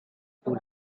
school